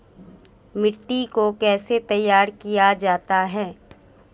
मिट्टी को कैसे तैयार किया जाता है?